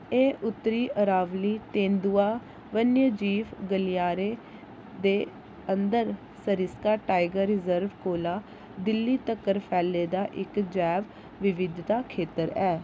एह् उत्तरी अरावली तेंदुआ वनजीव गलियारे दे अंदर सरिस्का टाइगर रिजर्व कोला दिल्ली तक्कर फैले दा इक जैव विविधता खेतर ऐ